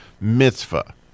mitzvah